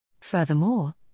Furthermore